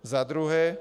Za druhé.